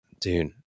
dude